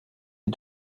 est